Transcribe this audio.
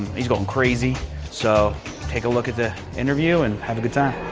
he's going crazy so take a look at the interview and have a good time.